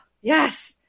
yes